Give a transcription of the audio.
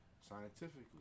scientifically